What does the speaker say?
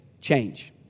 change